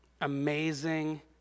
amazing